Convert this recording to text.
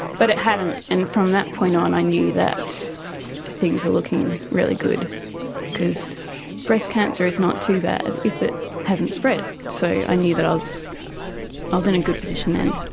but it hadn't. and from that point on i knew that things were looking really good because breast cancer is not too bad if it hasn't spread, so i knew that i was i was in a good position then.